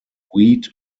wheat